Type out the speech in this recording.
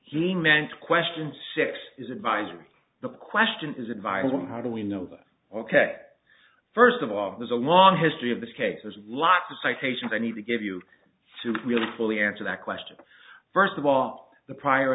he meant question six is advisory the question is environment how do we know that ok first of all there's a long history of this case there's a lot of citations i need to give you to really fully answer that question first of all the prior